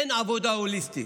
אין עבודה הוליסטית.